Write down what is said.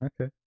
Okay